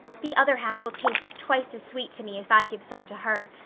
the other half will taste twice as sweet to me if i give some to her.